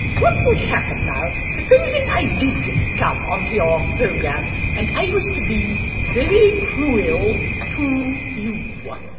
what would happen now, supposing i did come onto your program and i was to be very cruel to you?